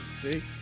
See